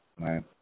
Right